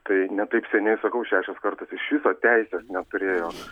tai ne taip seniai sakau šešios kartos iš viso teisės neturėjo